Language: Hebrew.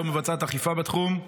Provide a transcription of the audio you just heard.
לא מבצעת אכיפה בתחום,